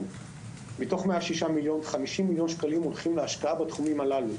שקל מתוך 106 מיליון שקל 50 מיליון שקל הולכים להשקעה בתחומים הללו.